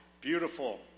Beautiful